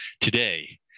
today